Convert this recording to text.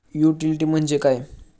Utility म्हणजे काय?